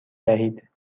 دهید